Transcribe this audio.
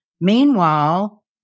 Meanwhile